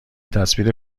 تصویر